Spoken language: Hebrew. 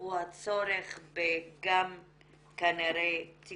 הוא הצורך גם בתיקון.